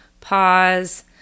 pause